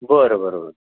बरं बरं बरं